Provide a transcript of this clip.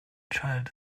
child